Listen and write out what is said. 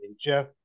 Jeff